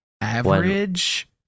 Average